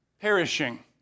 perishing